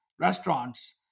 restaurants